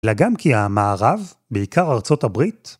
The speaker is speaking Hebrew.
לגם כי המערב, בעיקר ארצות הברית,